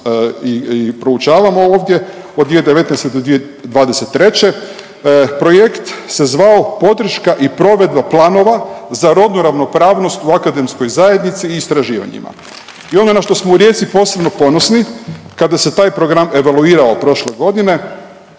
i proučavamo ovdje od 2019. do 2023. Projekt se zvao podrška i provedba planova za rodnu ravnopravnost u akademskoj zajednici i istraživanjima. I ono na što smo u Rijeci posebno ponosni kada se taj program evaluirao prošle godine